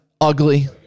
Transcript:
ugly